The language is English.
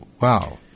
wow